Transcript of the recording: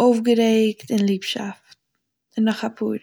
אויפגערעגט, און ליבשאפט, און נאך אפאהר.